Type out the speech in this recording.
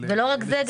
לא רק זה,